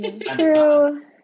True